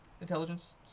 intelligence